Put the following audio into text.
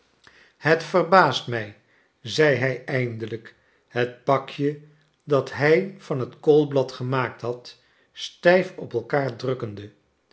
het verbaast mij zei hij eindelijk het pakje dat hij van het koolblad gemaakt had stijf op elkaar drukkende